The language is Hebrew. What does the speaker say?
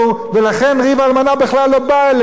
ולכן ריב אלמנה בכלל לא בא אליהם.